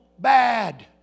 bad